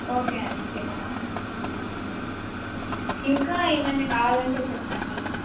okay అండి చేస్తా ఇంకా ఏమనా కావాలంటే చెప్పండి